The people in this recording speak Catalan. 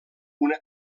una